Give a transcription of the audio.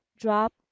drop